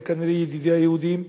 הם כנראה ידידי היהודים,